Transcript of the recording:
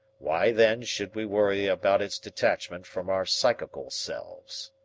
why then should we worry about its detachment from our psychical selves?